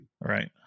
Right